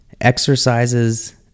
exercises